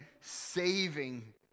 saving